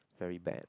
very bad